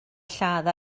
lladd